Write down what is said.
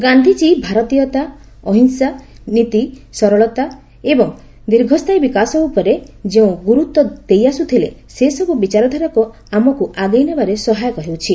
ଗାନ୍ଧିଜୀ ଭାରତୀୟତା ଅହିଂସା ନୀତି ସରଳତା ଏବଂ ଦୀର୍ଘସ୍ଥାୟୀ ବିକାଶ ଉପରେ ଯେଉଁ ଗୁରୁତ୍ୱ ଦେଇଆସୁଥିଲେ ସେସବୁ ବିଚାରାଧାରା ଆମକୁ ଆଗେଇ ନେବାର ସହାୟକ ହେଉଛି